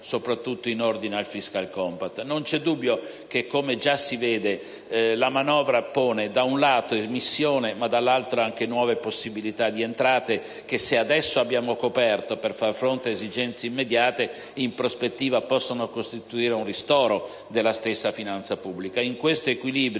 Non c'è dubbio che, come già si vede, la manovra pone, da un lato, emissione, ma dall'altro anche nuove possibilità di entrate che, se adesso abbiamo coperto per far fronte ad esigenze immediate, in prospettiva possono costituire un ristoro della stessa finanza pubblica.